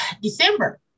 December